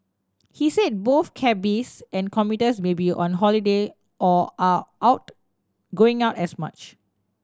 he said both cabbies and commuters may be on holiday or are out going out as much